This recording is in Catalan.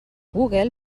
google